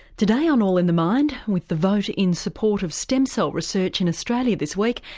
today on all in the mind with the vote in support of stem cell research in australia this week,